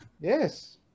Yes